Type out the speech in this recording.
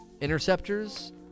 interceptors